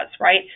right